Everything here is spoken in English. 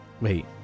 wait